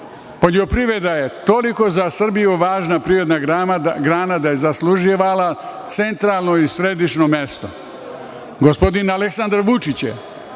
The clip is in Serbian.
poljoprivreda je toliko za Srbiju važna privredna grana da je zaslužila centralno i središno